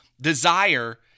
desire